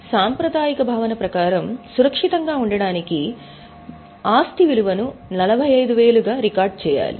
ఇప్పుడు సాంప్రదాయిక భావన ప్రకారం సురక్షితంగా ఉండటానికి 45000 వద్ద ఆస్తిని విలువ చేయాలి అని చెబుతాము